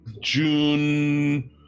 June